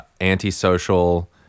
antisocial